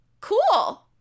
cool